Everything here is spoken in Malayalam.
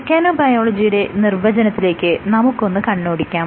മെക്കാനോബയോളജിയുടെ നിർവചനത്തിലേക്ക് നമുക്കൊന്ന് കണ്ണോടിക്കാം